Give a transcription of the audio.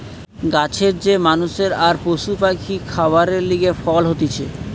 গাছের যে মানষের আর পশু পাখির খাবারের লিগে ফল হতিছে